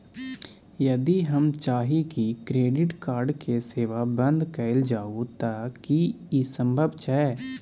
यदि हम चाही की क्रेडिट कार्ड के सेवा बंद कैल जाऊ त की इ संभव छै?